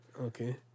Okay